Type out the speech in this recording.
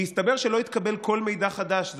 והסתבר שלא התקבל כל מידע חדש.